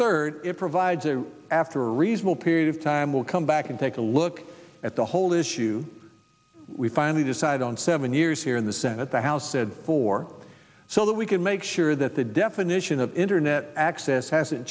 third it provides a after a reasonable period of time we'll come back and take a look at the whole issue we finally decide on seven years here in the senate the house said for so that we can make sure that the definition of internet access hasn't